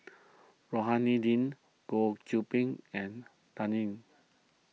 Rohani Din Goh Qiu Bin and Dan Ying